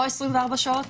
לא 24 שעות,